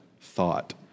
thought